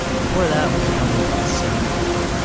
before that was a company called soundkeep.